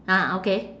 ha okay